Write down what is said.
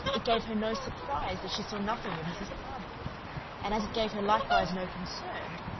it gave her no surprise that she saw nothing of mrs. palmer and as it gave her likewise no concern,